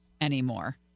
anymore